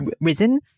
risen